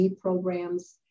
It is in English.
programs